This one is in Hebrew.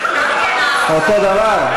אותו דבר?